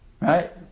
Right